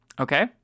Okay